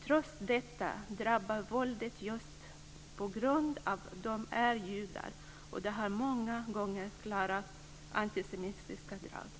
Trots detta drabbar våldet dem just på grund av att de är judar, och det har många gånger klara antisemitiska drag.